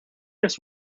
just